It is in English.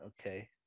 Okay